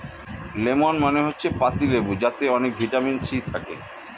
lemon মানে হচ্ছে পাতিলেবু যাতে অনেক ভিটামিন সি থাকে